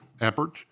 efforts